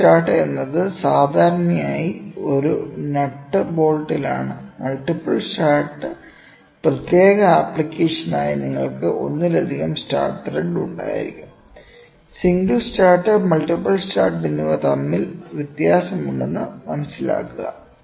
single start എന്നത് സാധാരണയായി ഒരു നട്ട് ബോൾട്ടിലാണ് മൾട്ടിപ്പിൾ സ്റ്റാർട്ട് പ്രത്യേക ആപ്ലിക്കേഷനായി നിങ്ങൾക്ക് ഒന്നിലധികം സ്റ്റാർട്ട് ത്രെഡ് ഉണ്ടായിരിക്കാം സിംഗിൾ സ്റ്റാർട്ട് മൾട്ടിപ്പിൾ സ്റ്റാർട്ട് എന്നിവ തമ്മിൽ വ്യത്യാസമുണ്ടെന്ന് മനസിലാക്കുക